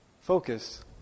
focus